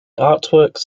artworks